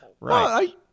right